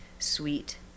sweet